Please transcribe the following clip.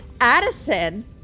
Addison